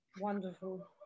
wonderful